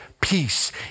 peace